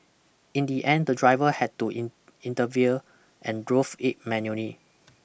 in the end the driver had to in intervene and drove it manually